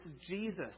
Jesus